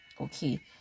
Okay